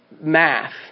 math